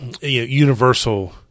universal